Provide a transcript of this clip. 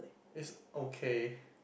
is okay